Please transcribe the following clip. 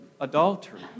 adultery